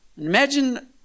Imagine